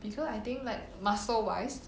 because I think like muscle wise